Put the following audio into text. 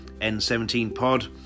N17pod